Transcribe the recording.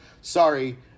Sorry